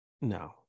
no